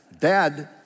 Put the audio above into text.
Dad